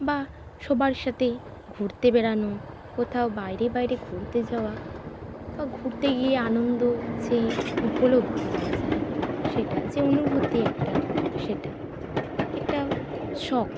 বা সবার সাথে ঘুরতে বেড়ানো কোথাও বাইরে বাইরে ঘুরতে যাওয়া বা ঘুরতে গিয়ে আনন্দ সেই উপলব্ধি করা যায় সেটা যে অনুভূতি একটা সেটা একটা শখ